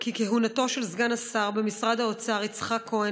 כי כהונתו של סגן השר במשרד האוצר יצחק כהן